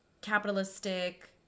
capitalistic